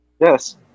Yes